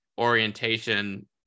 orientation